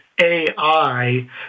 AI